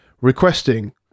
requesting